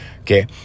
okay